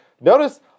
Notice